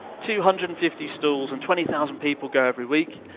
two hundred and fifty stalls and twenty thousand people go every week.